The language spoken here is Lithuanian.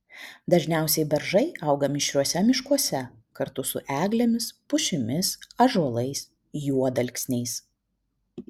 dažniausiai beržai auga mišriuose miškuose kartu su eglėmis pušimis ąžuolais juodalksniais